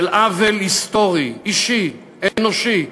של עוול היסטורי, אישי, אנושי,